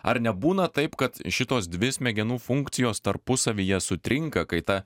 ar nebūna taip kad šitos dvi smegenų funkcijos tarpusavyje sutrinka kai ta